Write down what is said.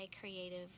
creative